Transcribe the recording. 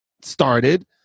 started